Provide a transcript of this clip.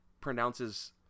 pronounces